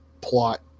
plot